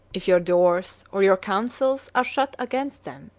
if your doors, or your counsels, are shut against them.